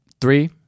three